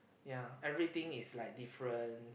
ya everything is like different